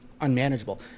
unmanageable